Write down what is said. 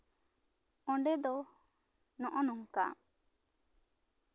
ᱚᱰᱮᱸ ᱫᱚ ᱱᱚᱜᱼᱚ ᱱᱚᱝᱠᱟ